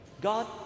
God